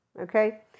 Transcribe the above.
okay